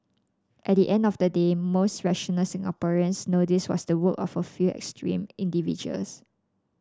at the end of the day most rational Singaporeans know this was the work of a few extreme individuals